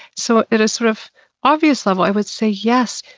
so, at a sort of obvious level, i would say yes,